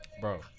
bro